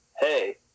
hey